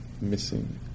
missing